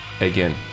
again